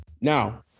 Now